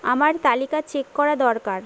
আমার তালিকা চেক করা দরকার